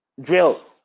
drill